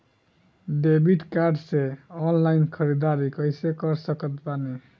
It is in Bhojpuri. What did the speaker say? डेबिट कार्ड से ऑनलाइन ख़रीदारी कैसे कर सकत बानी?